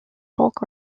folk